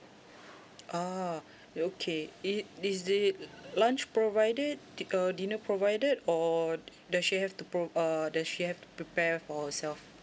ah okay it is the lunch provided err dinner provided or does she have to pro~ uh does she have to prepare for herself